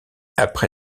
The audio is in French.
après